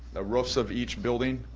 the roofs of each building,